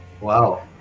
Wow